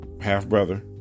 half-brother